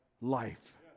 life